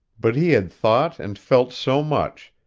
but he had thought and felt so much,